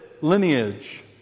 lineage